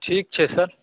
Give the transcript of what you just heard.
ठीक छै सर